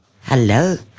Hello